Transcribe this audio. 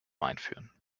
einführen